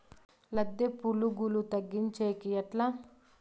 లద్దె పులుగులు తగ్గించేకి ఎట్లా?